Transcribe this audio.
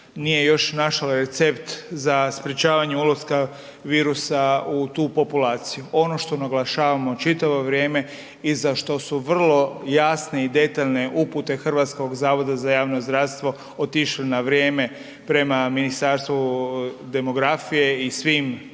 nije još našla recept za sprečavanje ulaska virusa u tu populaciju. Ono što naglašavamo čitavo vrijeme i za što su vrlo jasni i detaljne upute Hrvatskog zavoda za javno zdravstvo, otišle na vrijeme prema Ministarstvu demografije i svim